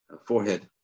forehead